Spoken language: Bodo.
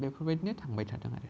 बेफोरबायदिनो थांबाय थादों आरो